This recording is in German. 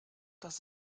das